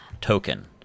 token